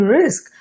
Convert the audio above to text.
risk